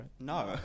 No